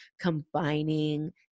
combining